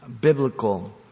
biblical